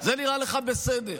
זה נראה לך בסדר.